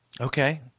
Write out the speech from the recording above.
Okay